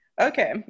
Okay